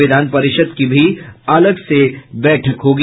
विधान परिषद की भी अलग से बैठक होगी